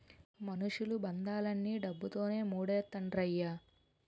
మనుషులు బంధాలన్నీ డబ్బుతోనే మూడేత్తండ్రయ్య